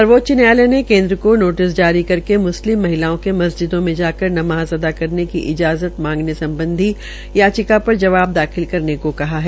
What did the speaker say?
सर्वोच्च न्यायालय ने केन्द्र को नोटिस जारी करके मुस्लिम महिलाओं को मस्जिदों में जाकर नमाज़ अदा करने की इजाजज मांगने सम्बधी याचिका पर जवाब दाखिल करने को कहा है